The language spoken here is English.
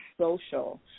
social